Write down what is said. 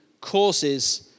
causes